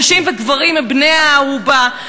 נשים וגברים הם בני-ערובה.